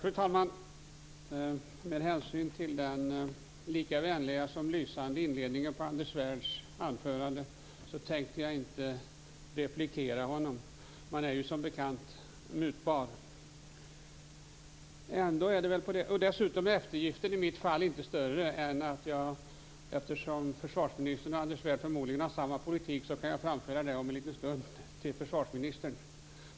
Fru talman! Med hänsyn till den lika vänliga som lysande inledningen till Anders Svärds anförande tänkte jag inte replikera på honom. Man är ju som bekant mutbar. Dessutom är eftergiften i mitt fall inte stor. Eftersom försvarsministern och Anders Svärd förmodligen har samma politik kan jag framföra det om en liten stund till försvarsministern.